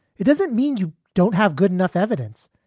it doesn't mean you don't have good enough evidence.